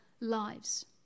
lives